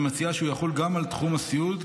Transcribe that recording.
ומציעה שהוא יחול גם על תחום הסיעוד,